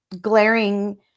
glaring